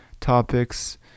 topics